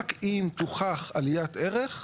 רק אם תוכח עליית ערך,